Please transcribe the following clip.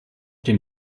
dem